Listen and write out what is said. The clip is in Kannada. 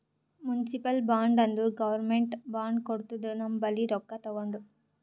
ಮುನ್ಸಿಪಲ್ ಬಾಂಡ್ ಅಂದುರ್ ಗೌರ್ಮೆಂಟ್ ಬಾಂಡ್ ಕೊಡ್ತುದ ನಮ್ ಬಲ್ಲಿ ರೊಕ್ಕಾ ತಗೊಂಡು